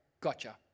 gotcha